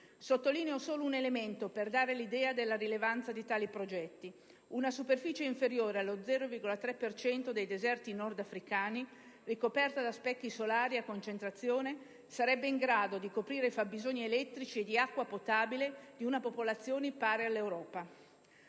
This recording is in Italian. Sottolineo solo un elemento per dare l'idea della rilevanza di tali progetti: una superficie inferiore allo 0,3 per cento dei deserti nordafricani, ricoperta da specchi solari a concentrazione, sarebbe in grado di coprire i fabbisogni elettrici e di acqua potabile di una popolazione pari a quella